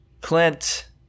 Clint